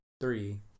three